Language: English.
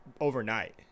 overnight